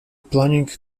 planning